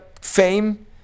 fame